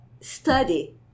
study